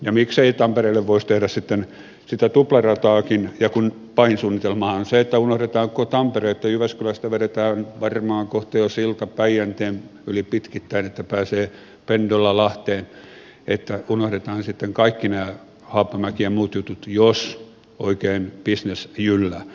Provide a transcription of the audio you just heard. ja miksei tampereelle voisi tehdä sitten sitä tuplarataakin ja kun pahin suunnitelmahan on se että unohdetaan koko tampere että jyväskylästä vedetään varmaan kohta jo silta päijänteen yli pitkittäin että pääsee pendolla lahteen että unohdetaan sitten kaikki nämä haapamäki ja muut jutut jos oikein bisnes jyllää